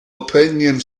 opinion